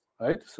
right